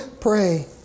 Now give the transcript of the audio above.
pray